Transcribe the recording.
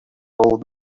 old